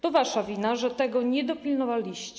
To wasza wina, że tego nie dopilnowaliście.